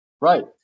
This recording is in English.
Right